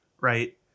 right